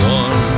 one